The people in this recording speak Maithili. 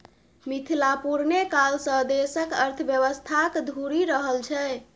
मिथिला पुरने काल सँ देशक अर्थव्यवस्थाक धूरी रहल छै